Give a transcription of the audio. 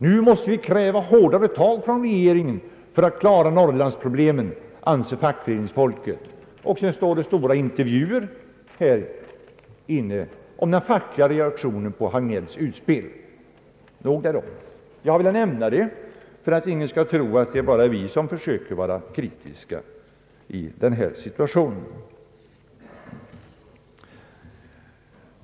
Nu måste vi kräva hårdare tag från regeringen för att klara Norrlandsproblemen, anser fackföreningsfolket.» Dessutom finns stora intervjuer i tidningen om den fackliga reaktionen på herr Hagnells utspel. Detta kan vara nog därom, men jag har velat nämna det för att ingen skall tro att bara vi försöker vara kritiska i denna situation.